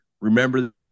remember